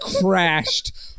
crashed